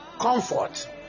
comfort